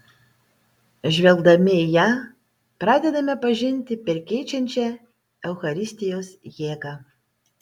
žvelgdami į ją pradedame pažinti perkeičiančią eucharistijos jėgą